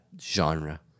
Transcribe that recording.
genre